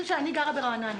אני גרה ברעננה